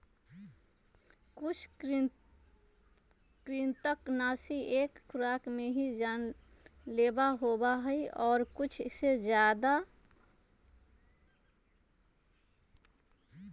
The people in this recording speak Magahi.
कुछ कृन्तकनाशी एक खुराक में ही जानलेवा होबा हई और कुछ एक से ज्यादा